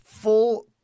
full